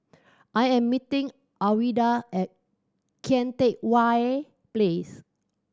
I am meeting Alwilda at Kian Teck Way place